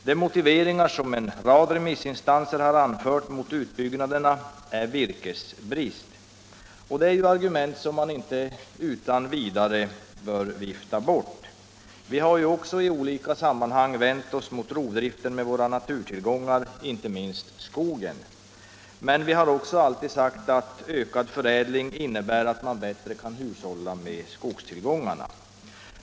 Den motivering som en rad remissinstanser har anfört mot utbyggnaden är virkesbrist, och det är ju argument som man inte utan vidare bör vifta bort. Vi har ju också i olika sammanhang vänt oss mot rovdriften med våra naturtillgångar, inte minst skogen. Men vi har också alltid sagt att ökad förädling innebär att man bättre kan hushålla med skogstillgångarna.